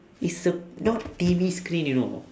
it's a not T_V screen you know